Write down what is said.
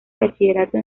bachillerato